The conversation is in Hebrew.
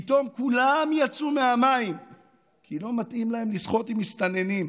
פתאום כולם יצאו מהמים כי לא מתאים להם לשחות עם מסתננים.